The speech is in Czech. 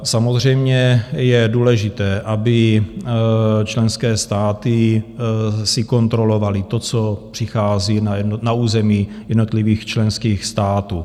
Samozřejmě je důležité, aby členské státy si kontrolovaly to, co přichází na území jednotlivých členských států.